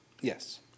Yes